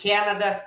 Canada